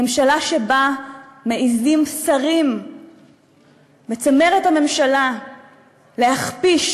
ממשלה שבה מעזים שרים בצמרת הממשלה להכפיש